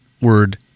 word